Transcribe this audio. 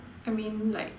I mean like